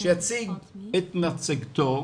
שיציג את מצגתו.